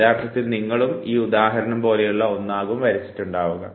യഥാർത്ഥത്തിൽ നിങ്ങളും ഈ ഉദാഹരണം പോലെയുള്ള ഒന്നാകും വരച്ചിട്ടുണ്ടാവുക